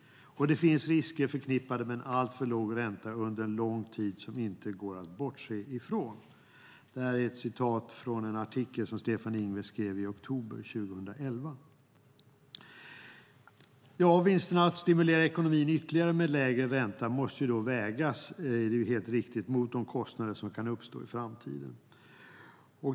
Och det finns risker förknippade med en alltför låg ränta under en lång tid som inte går att bortse från." Det är ett citat från en artikel som Stefan Ingves skrev i oktober 2012. Ja, vinsterna med att stimulera ekonomin ytterligare genom lägre ränta måste, helt riktigt, vägas mot de kostnader som kan uppstå i framtiden.